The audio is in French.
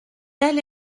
tel